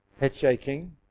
head-shaking